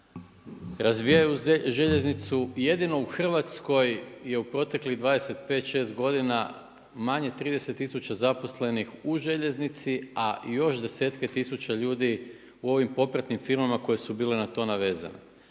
razvijaju željeznicu, jedino u Hrvatskoj je u proteklih 25, šest godina manje 30 tisuća zaposlenih u željeznici, a još desetke tisuća ljudi u ovim popratnim firmama koje su bile na to navezane.